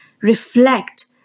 reflect